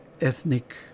ethnic